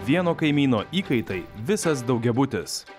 vieno kaimyno įkaitai visas daugiabutis